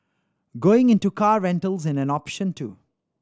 going into car rentals in an option too